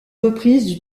reprise